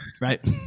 right